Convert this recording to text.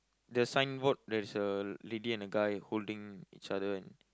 the signboard there is a lady and a guy holding each other and